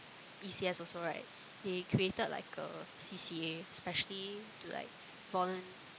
E C S also right they created like a C_C_A specially to like volun~